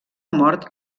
mort